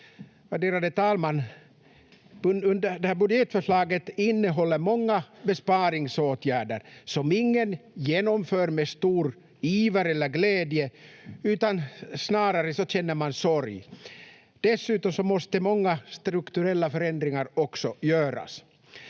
Värderade talman! Det här budgetförslaget innehåller många besparingsåtgärder som ingen genomför med stor iver eller glädje, utan snarare känner man sorg. Dessutom måste många strukturella förändringar också göras.